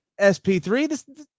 SP3